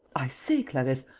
i say, clarisse,